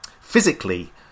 physically